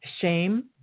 shame